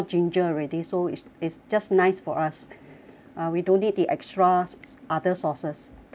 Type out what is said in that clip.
already so it's it's just nice for us uh we don't need the extra other sauces thank you